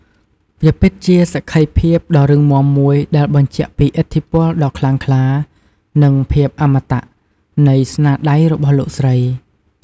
វាពិតជាសក្ខីភាពដ៏រឹងមាំមួយដែលបញ្ជាក់ពី ឥទ្ធិពលដ៏ខ្លាំងក្លា និង ភាពអមតៈ នៃស្នាដៃរបស់លោកស្រី។